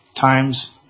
times